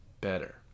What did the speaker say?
better